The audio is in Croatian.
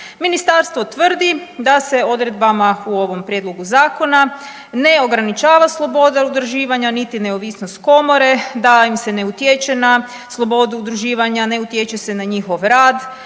Ministarstvo tvrdi da se odredbama u ovom prijedlogu zakona ne ograničava sloboda udruživanja niti neovisnost komore, da im se ne utječe na slobodu udruživanja, ne utječe se na njihov rad,